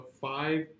five